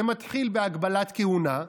זה מתחיל בהגבלת כהונה,